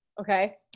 Okay